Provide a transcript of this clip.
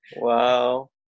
Wow